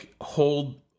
hold